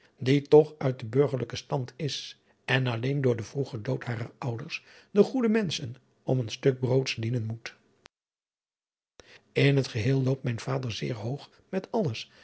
die toch uit den burgerlijken stand is en alleen door den vroegen dood harer ouders de goede menschen om een stuk broods dienen moet in het geheel loopt mijn vader zeer hoog met alles